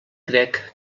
crec